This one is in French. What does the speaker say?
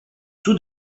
tout